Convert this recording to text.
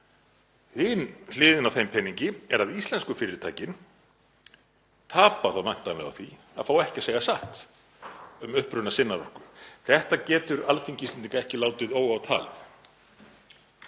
Hin hliðin á þeim peningi er að íslensku fyrirtækin tapa þá væntanlega á því að fá ekki að segja satt um uppruna sinnar orku. Þetta getur Alþingi Íslendinga ekki látið óátalið.